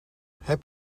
heb